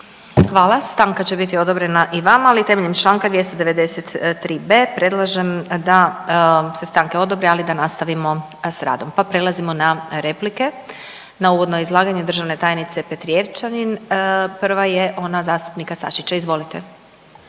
Hvala, stanka će biti odobrena i vama, ali temeljem čl. 293.b. predlažem da se stanke odobre, ali da nastavimo s radom, pa prelazimo na replike. Na uvodno izlaganje državne tajnice Petrijevčanin prva je ona zastupnika Sačića, izvolite.